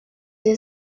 این